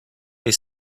they